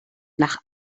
nach